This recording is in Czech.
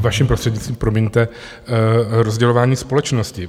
... vaším prostřednictvím, promiňte, rozdělování společnosti.